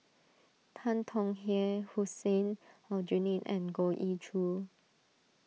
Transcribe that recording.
Tan Tong Hye Hussein Aljunied and Goh Ee Choo